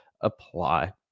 apply